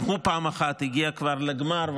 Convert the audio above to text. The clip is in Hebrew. גם הוא פעם אחת הגיע כבר לגמר,